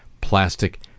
plastic